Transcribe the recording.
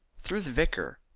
through the vicar,